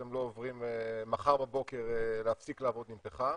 אתם לא עוברים מחר בבוקר להפסיק לעבוד עם פחם.